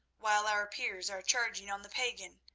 while our peers are charging on the pagan,